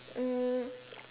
uh